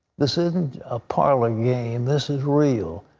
this isn't a parlor game this is real.